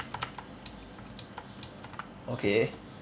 okay